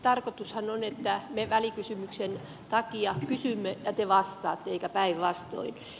tarkoitushan on että me välikysymyksen takia kysymme ja te vastaatte eikä päinvastoin